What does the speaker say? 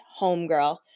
homegirl